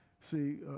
see